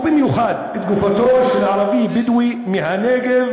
ובמיוחד את גופתו של ערבי בדואי מהנגב,